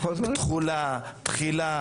תחולה, תחילה